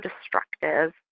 destructive